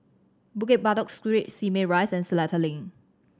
Bukit Batok Street Simei Rise and Seletar Link